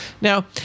Now